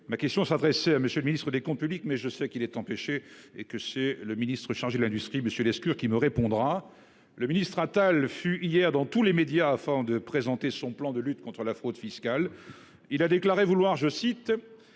Ma question s'adressait à M. le ministre délégué chargé des comptes publics, mais je sais qu'il est empêché et que c'est M. le ministre Lescure, chargé de l'industrie, qui me répondra. Le ministre Attal fut hier dans tous les médias afin de présenter son plan de lutte contre la fraude fiscale. Il a déclaré vouloir « faire